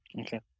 Okay